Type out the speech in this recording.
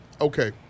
Okay